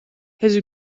his